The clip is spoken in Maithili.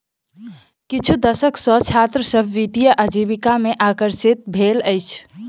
किछु दशक सॅ छात्र सभ वित्तीय आजीविका में आकर्षित भेल अछि